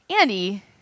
Andy